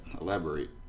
elaborate